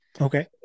Okay